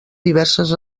diverses